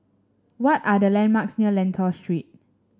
why are the landmarks near Lentor Street